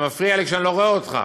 אתה מפריע לי כשאני לא רואה אותך.